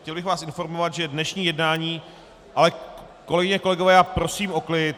Chtěl bych vás informovat, že dnešní jednání kolegyně a kolegové, já prosím o klid.